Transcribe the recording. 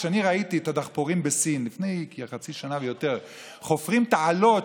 כשאני ראיתי את הדחפורים בסין לפני כחצי שנה ויותר חופרים תעלות